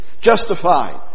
Justified